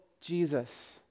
Jesus